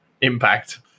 impact